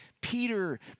Peter